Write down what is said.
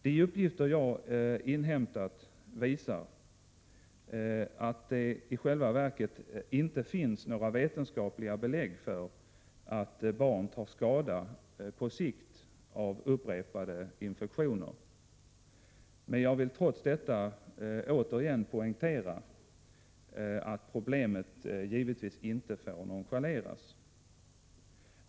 De uppgifter jag inhämtat visar att det i själva verket inte finns några vetenskapliga belägg för att barn tar skada på sikt av upprepade infektioner. Men jag vill trots detta återigen poängtera att problemet givetvis inte får nonchaleras.